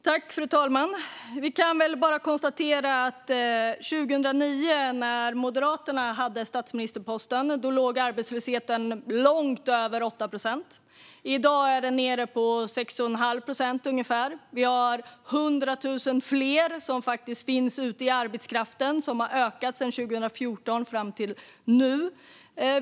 Fru talman! Vi kan väl bara konstatera att 2009, när Moderaterna hade statsministerposten, låg arbetslösheten långt över 8 procent. I dag är den nere på ungefär 6 1⁄2 procent. Vi har 100 000 fler ute i arbetskraften, en siffra som har ökat från 2014 fram till nu.